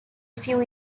few